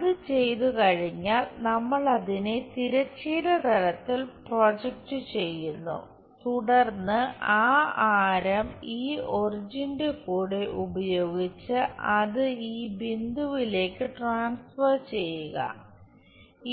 അത് ചെയ്തുകഴിഞ്ഞാൽ നമ്മൾ അതിനെ തിരശ്ചീന തലത്തിൽ പ്രൊജക്റ്റ് ചെയ്യുന്നു തുടർന്ന് ആ ആരം ഈ ഒറിജിന്റെ കൂടെ ഉപയോഗിച്ച് അത് ഈ ബിന്ദുവിലേക്കു ട്രാൻസ്ഫർ ചെയ്യുക